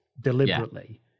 deliberately